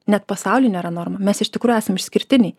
net pasauly nėra normų mes iš tikrųjų esam išskirtiniai